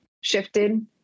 shifted